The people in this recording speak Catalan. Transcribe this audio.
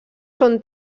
són